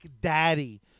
Daddy